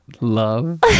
love